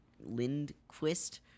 Lindquist